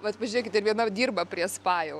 vat pažiūrėkit ir viena dirba prie spa jau